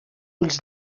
ulls